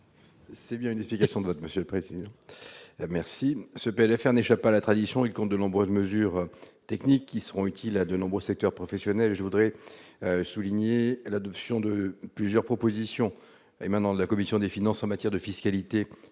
pour explication de vote. Ce projet de loi de finances rectificative n'échappe pas à la tradition : il compte maintes mesures techniques qui seront utiles à de nombreux secteurs professionnels. Je voudrais souligner l'adoption de plusieurs propositions émanant de la commission des finances en matière de fiscalité